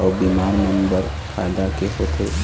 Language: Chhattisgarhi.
अउ बिमार मन बर फायदा के होथे